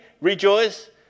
Rejoice